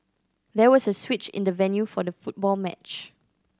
there was a switch in the venue for the football match